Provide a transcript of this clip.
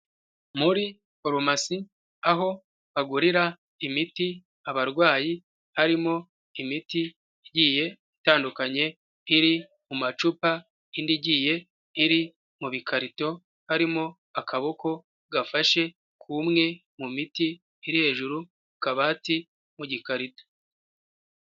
Muri farumasi aho bagurira imiti abarwayi harimo imiti igiye itandukanye iri mu macupa indi igiye iri mu bikarito harimo akaboko gafashe umwe mu miti iri hejuru ku kabati mu gikarito.